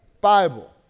Bible